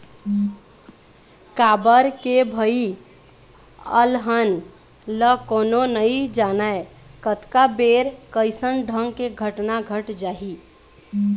काबर के भई अलहन ल कोनो नइ जानय कतका बेर कइसन ढंग के घटना घट जाही